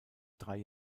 drei